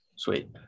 Sweet